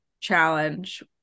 challenge